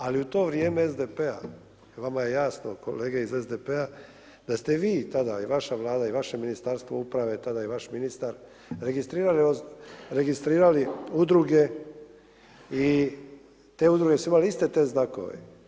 Ali, u to vrijeme SDP-a, vama je jasno, kolege iz SDP-a, da ste vi tada i vaša Vlada i vaše Ministarstvo uprave tada i vaš ministar, registrirali udruge i te udruge su imale iste te znakove.